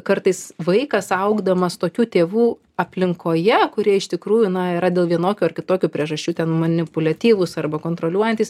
kartais vaikas augdamas tokių tėvų aplinkoje kurie iš tikrųjų na yra dėl vienokių ar kitokių priežasčių ten manipuliatyvūs arba kontroliuojantys